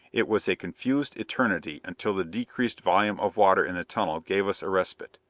it was a confused eternity until the decreased volume of water in the tunnel gave us a respite.